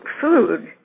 food